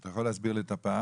אתה יכול להסביר לי את הפער?